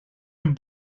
een